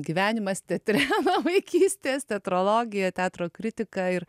gyvenimas teatre nuo vaikystės teatrologija teatro kritika ir